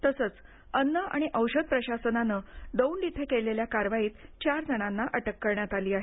तसंच अन्न आणि औषध प्रशासनाने दौंड इथं केलेल्या कारवाईत चार जणांना अटक केली आहे